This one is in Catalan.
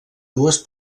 dues